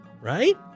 Right